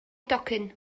docyn